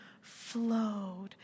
flowed